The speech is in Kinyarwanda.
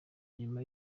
nyuma